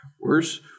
worse